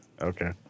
Okay